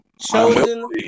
Chosen